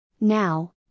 Now